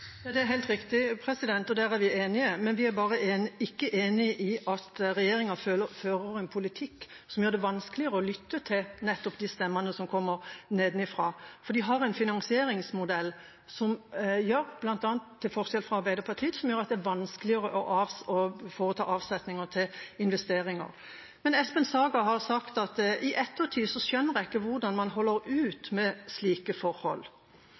Ja, det er helt riktig, og der er vi enige. Vi er bare ikke enige om at regjeringa fører en politikk som gjør det vanskeligere å lytte til nettopp de stemmene som kommer nedenfra. For den har, til forskjell fra Arbeiderpartiet, en finansieringsmodell som gjør at det er vanskeligere å foreta avsetninger til investeringer. Espen Saga har sagt: «I ettertid skjønner jeg ikke hvordan man holder ut med slike forhold.»